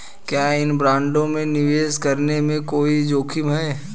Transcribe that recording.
क्या इन बॉन्डों में निवेश करने में कोई जोखिम है?